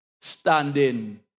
standing